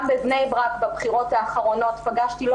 גם בבני ברק בבחירות האחרונות פגשתי לא